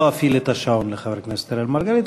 אני לא אפעיל את השעון לחבר הכנסת אראל מרגלית.